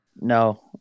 no